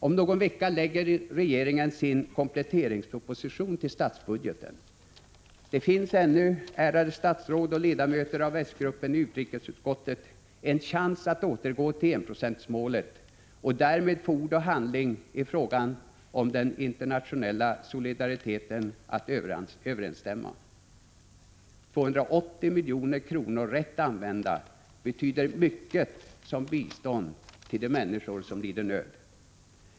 Om någon vecka lägger regeringen sin kompletteringsproposition till statsbudgeten. Det finns ännu, ärade statsråd och ledamöter av s-gruppen i utrikesutskottet, en chans att återgå till enprocentsmålet, och därmed få ord och handling i fråga om den internationella solidariteten att överensstämma. 280 milj.kr. rätt använda betyder mycket som bistånd till de människor som lider nöd.